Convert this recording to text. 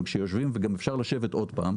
אבל כשיושבים וגם אפשר לשבת עוד פעם,